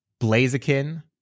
Blaziken